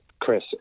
Chris